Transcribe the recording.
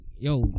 Yo